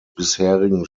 bisherigen